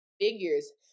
figures